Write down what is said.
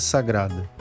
Sagrada